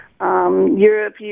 Europe